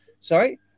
sorry